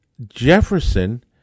Jefferson